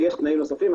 יש תנאים נוספים.